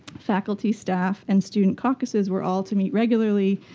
faculty, staff, and student caucuses were all to meet regularly.